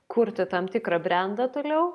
kurti tam tikrą brendą toliau